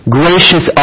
gracious